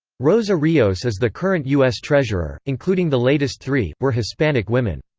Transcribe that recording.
rosa rios is the current us treasurer, including the latest three, were hispanic women.